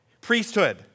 priesthood